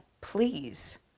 please